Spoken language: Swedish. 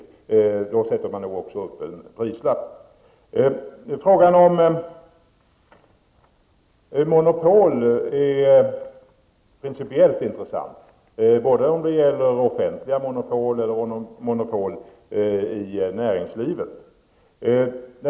På sådana varor sätter han säkert en prislapp. Frågan om monopol är principiellt intressant, och det gäller både om det rör sig om offentliga monopol eller monopol i näringslivet.